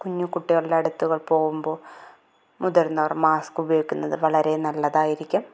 കുഞ്ഞു കുട്ടികളുടെ അടുത്ത് പോവുമ്പോൾ മുതിര്ന്നവര് മാസ്ക് ഉപയോഗിക്കുന്നത് വളരെ നല്ലതായിരിക്കും